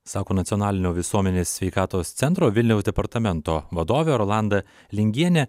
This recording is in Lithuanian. sako nacionalinio visuomenės sveikatos centro vilniaus departamento vadovė rolanda lingienė